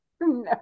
no